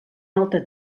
altre